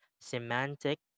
semantic